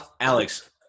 Alex